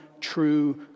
true